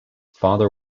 father